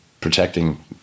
protecting